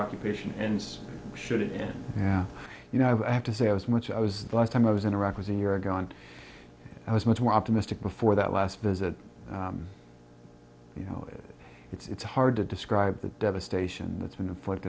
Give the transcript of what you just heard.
occupation ends should it yeah you know i have to say i was much i was the last time i was in iraq was a year ago and i was much more optimistic before that last visit you know it's hard to describe the devastation that's been infli